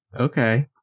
Okay